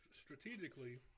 strategically